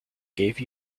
gave